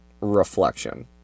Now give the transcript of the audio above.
Reflection